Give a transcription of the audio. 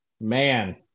man